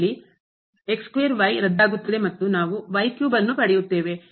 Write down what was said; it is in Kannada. ಅಂಶದಲ್ಲಿ ರದ್ದಾಗುತ್ತದೆ ಮತ್ತು ನಾವು ಅನ್ನು ಪಡೆಯುತ್ತೇವೆ